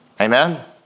Amen